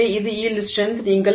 எனவே இது yield strength